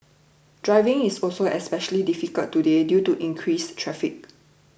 driving is also especially difficult today due to increased traffic